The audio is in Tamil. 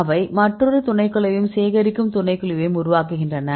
அவை மற்றொரு துணைக்குழுவையும் சேகரிக்கும் துணைக்குழுவையும் உருவாக்குகின்றன